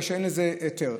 כי אין לזה היתר.